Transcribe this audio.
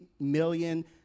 million